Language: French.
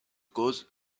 cause